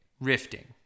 rifting